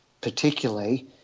particularly